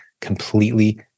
completely